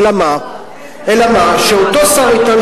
איזה בדיחה,